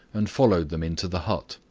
and followed them into the hut.